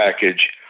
Package